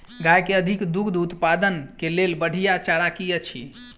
गाय केँ अधिक दुग्ध उत्पादन केँ लेल बढ़िया चारा की अछि?